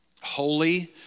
holy